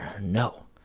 no